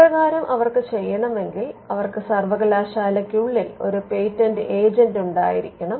ഇപ്രകാരം അവർക്ക് ചെയ്യണമെങ്കിൽ അവർക്ക് സർവകലാശാലയ്ക്കുള്ളിൽ ഒരു പേറ്റന്റ് ഏജന്റ് ഉണ്ടായിരിക്കണം